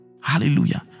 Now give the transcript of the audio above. Hallelujah